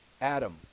Adam